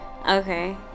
Okay